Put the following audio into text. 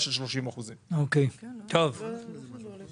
של 30%. מה זה ההגדלה של היושב-ראש?